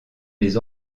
les